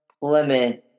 Plymouth